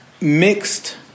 mixed